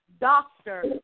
doctor